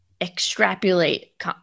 extrapolate